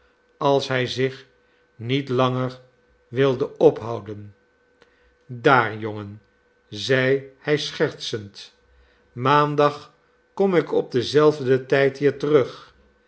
als hij zich niet langer wilde ophouden daar jongen i zeide hij schertsend maandag kom ik op denzelfden tijd hier terug